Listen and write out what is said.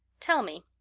tell me,